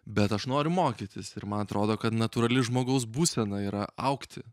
bet aš noriu mokytis ir man atrodo kad natūrali žmogaus būsena yra augti